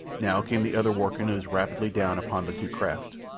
now came the other war-canoes rapidly down upon the two craft.